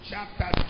Chapter